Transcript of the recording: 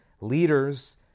leaders